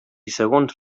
segons